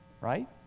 right